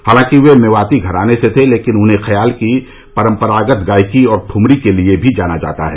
हालांकि वे मेवाती घराने से थे लेकिन उन्हें खयाल की परम्परागत गायकी और दुमरी के लिए भी जाना जाता है